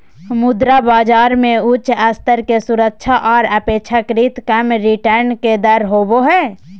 मुद्रा बाजार मे उच्च स्तर के सुरक्षा आर अपेक्षाकृत कम रिटर्न के दर होवो हय